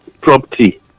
property